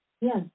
Yes